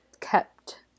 kept